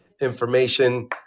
information